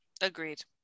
agreed